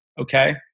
okay